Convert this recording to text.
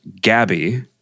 Gabby